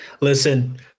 Listen